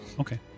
Okay